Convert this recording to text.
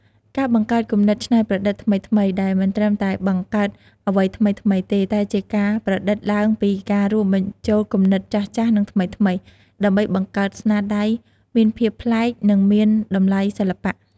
ការបង្កើតគំនិតច្នៃប្រឌិតថ្មីៗ ដែលមិនត្រឹមតែបង្កើតអ្វីថ្មីៗទេ តែជាការប្រឌិតឡើងពីការរួមបញ្ចូលគំនិតចាស់ៗ និងថ្មីៗ ដើម្បីបង្កើតស្នាដៃមានភាពប្លែក និងមានតម្លៃសិល្បៈ។